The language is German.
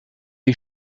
die